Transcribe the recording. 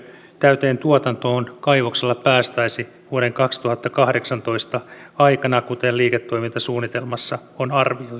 täyteen tuotantoon kaivoksella päästäisi vuoden kaksituhattakahdeksantoista aikana kuten liiketoimintasuunnitelmassa on arvioitu ja